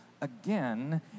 again